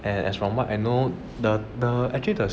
and as from what I know the the actually the